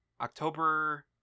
October